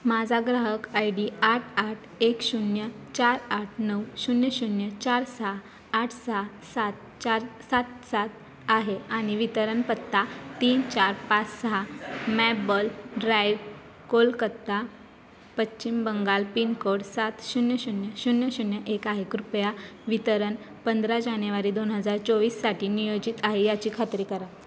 माझा ग्राहक I D आठ आठ एक शून्य चार आठ नऊ शून्य शून्य चार सहा आठ सहा सात चार सात सात आहे आणि वितरण पत्ता तीन चार पाच सहा Mabel Drive Kolkata Paschim Bangal pincode सात शून्य शून्य शून्य शून्य एक आहे कृपया वितरण पंधरा जानेवारी दोन हजार चोवीससाठी नियोजित आहे याची खात्री करा